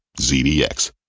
ZDX